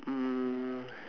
hmm